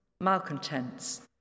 malcontents